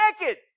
naked